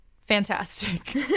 fantastic